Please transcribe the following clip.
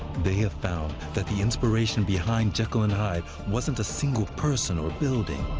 they have found that the inspiration behind jekyll and hyde wasn't a single person or building.